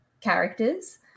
characters